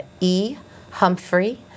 ehumphrey